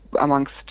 amongst